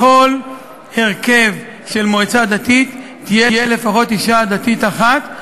שבכל הרכב של מועצה דתית תהיה לפחות אישה דתית אחת.